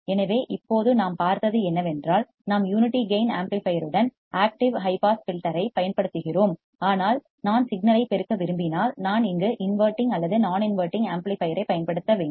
எனவே இப்போது நாம் பார்த்தது என்னவென்றால் நாம் யூனிட்டி கேயின் ஆம்ப்ளிபையர்யுடன் ஆக்டிவ் ஹை பாஸ் ஃபில்டர் ஐப் பயன்படுத்துகிறோம் ஆனால் நான் சிக்னல் ஐ பெருக்க விரும்பினால் நான் இங்கு இன்வடிங் அல்லது நான் இன்வடிங் ஆம்ப்ளிபையர் ஐப் பயன்படுத்த வேண்டும்